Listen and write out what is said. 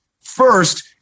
first